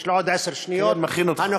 יש לי עוד עשר שניות, הנוכחית,